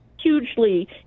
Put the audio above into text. hugely